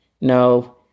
No